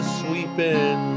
sweeping